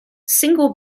single